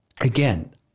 again